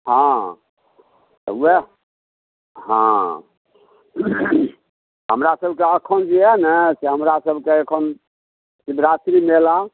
हँ तऽ वएह हँ हमरासबके एखन जे अइ ने हमरासबके एखन शिवरात्रि मेला